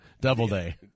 Doubleday